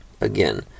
Again